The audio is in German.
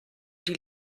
die